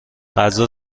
غذا